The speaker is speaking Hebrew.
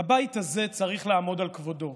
הבית הזה צריך לעמוד על כבודו.